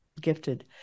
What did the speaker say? gifted